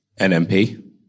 NMP